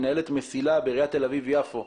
מנהלת מסיל"ה בעיריית תל אביב-יפו.